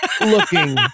looking